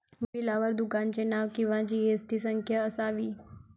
बिलावर दुकानाचे नाव किंवा जी.एस.टी संख्या असावी